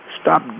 stop